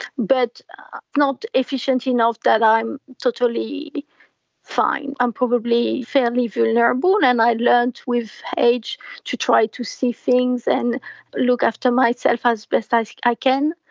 but not efficient enough that i'm totally fine. i'm probably fairly vulnerable and i've learned with age to try to see things and look after myself as best like i can.